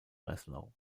breslau